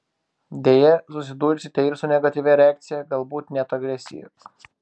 deja susidursite ir su negatyvia reakcija galbūt net agresija